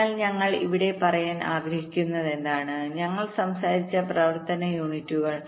അതിനാൽ ഞങ്ങൾ ഇവിടെ പറയാൻ ആഗ്രഹിക്കുന്നതെന്താണ് ഞാൻ സംസാരിച്ച പ്രവർത്തന യൂണിറ്റുകൾ